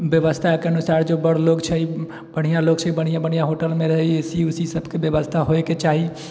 बेबस्थाके अनुसार जे बड़ लोक छै बढ़िआँ लोक छै बढ़िआँ बढ़िआँ होटलमे रहै ए सी उसीसबके बेबस्था होइके चाही